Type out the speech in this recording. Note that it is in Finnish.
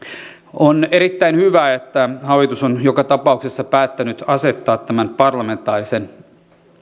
on erittäin hyvä että hallitus on joka tapauksessa päättänyt asettaa tämän parlamentaarisen